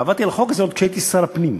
ועבדתי על החוק הזה עוד כשהייתי שר הפנים.